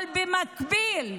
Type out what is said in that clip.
אבל במקביל,